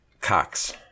Cox